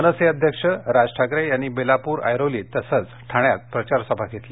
मनसे अध्यक्ष राज ठाकरे यांनी बेलापूर ऐरोलीत तसंच ठाण्यात प्रचारसभा घेतली